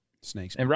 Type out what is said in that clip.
Snakes